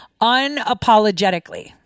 unapologetically